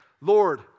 Lord